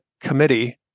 committee